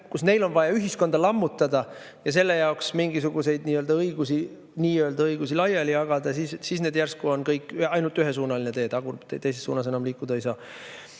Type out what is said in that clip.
puhul neil on vaja ühiskonda lammutada ja selle jaoks mingisuguseid nii-öelda õigusi laiali jagada, siis järsku on tee ainult ühesuunaline. Tagurpidi, teises suunas enam liikuda ei saa.